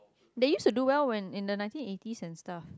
they used do well when in the nineteen eighties and stuff